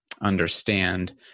understand